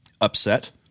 upset